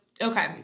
Okay